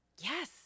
Yes